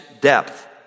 depth